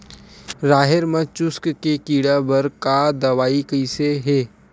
राहेर म चुस्क के कीड़ा बर का दवाई कइसे ही?